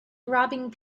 robbing